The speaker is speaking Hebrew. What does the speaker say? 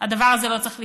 הדבר הזה לא צריך לקרות,